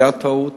היתה טעות,